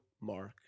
Mark